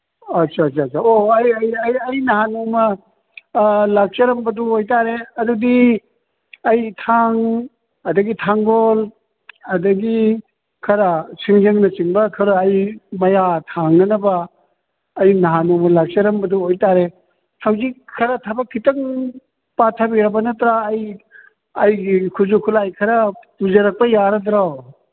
ꯑꯁꯥ ꯑꯁꯥ ꯑꯁꯥ ꯑꯣ ꯑꯩ ꯅꯍꯥꯟ ꯅꯣꯡꯃ ꯂꯥꯛꯆꯔꯝꯕꯗꯨ ꯑꯣꯏꯕ ꯇꯥꯔꯦ ꯑꯗꯨꯗꯤ ꯑꯩ ꯊꯥꯡ ꯑꯗꯒꯤ ꯊꯥꯡꯒꯣꯜ ꯑꯗꯒꯤ ꯈꯔ ꯁꯤꯡꯖꯪꯅꯆꯤꯡꯕ ꯈꯔ ꯑꯩ ꯃꯌꯥ ꯊꯥꯡꯅꯅꯕ ꯑꯩ ꯅꯍꯥꯟ ꯅꯣꯡꯃ ꯂꯥꯛꯆꯔꯝꯕꯗꯨ ꯑꯣꯏꯕ ꯇꯥꯔꯦ ꯍꯧꯖꯤꯛ ꯈꯔ ꯊꯕꯛ ꯈꯤꯇꯪ ꯄꯥꯊꯕꯤꯔꯕ ꯅꯠꯇ꯭ꯔꯥ ꯑꯩ ꯑꯩꯒꯤ ꯈꯨꯠꯁꯨ ꯈꯨꯠꯂꯥꯏ ꯈꯔ ꯄꯨꯖꯔꯛꯄ ꯌꯥꯔꯗ꯭ꯔꯣ